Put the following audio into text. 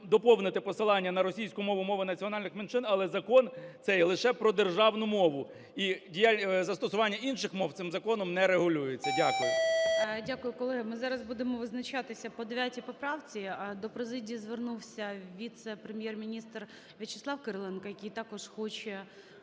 доповнити посилання на російську мову і мови національних менших, але закон цей лише про державну мову, і застосування інших мов цим законом не регулюється. Дякую. ГОЛОВУЮЧИЙ. Дякую, колеги. Ми зараз будемо визначатися по 9 поправці. А до президії звернувся віце-прем'єр-міністр В'ячеслав Кириленко, який також хоче